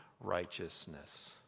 righteousness